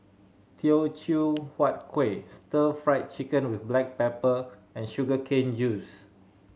Teochew Huat Kueh Stir Fry Chicken with black pepper and sugar cane juice